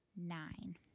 Nine